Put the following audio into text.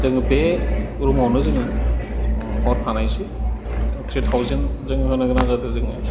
जोङो बे रुमावनो जोङो हर थानायसै जों थ्रि थाउजेन जों होनो गोनां जादों जोङो